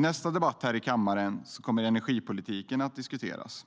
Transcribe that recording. nästa debatt här i kammaren kommer energipolitiken att diskuteras.